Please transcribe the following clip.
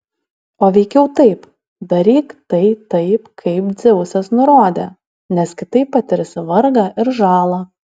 o veikiau taip daryk tai taip kaip dzeusas nurodė nes kitaip patirsi vargą ir žalą